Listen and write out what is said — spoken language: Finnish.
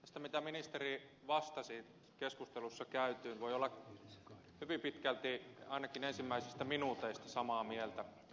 tästä mitä ministeri vastasi keskustelussa käytyyn voi olla hyvin pitkälti ainakin ensimmäisistä minuuteista samaa mieltä